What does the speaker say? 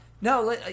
no